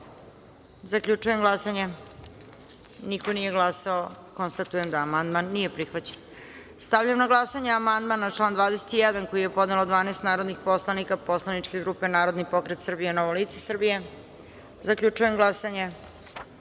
konstatujem da niko nije glasao. Amandman nije prihvaćen. Stavljam na glasanje amandman na član 7. koji je podnelo 12 narodnih poslanika poslaničke grupe Narodni pokret Srbije – Novo lice Srbije. Zaključujem glasanje